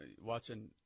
watching